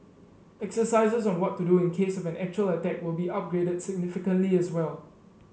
exercises on what to do in case of an actual attack will be upgraded significantly as well